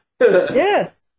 Yes